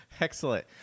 Excellent